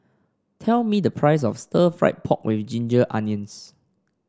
tell me the price of Stir Fried Pork with Ginger Onions